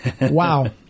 wow